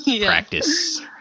practice